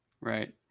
Right